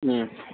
ꯎꯝ